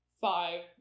five